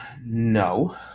No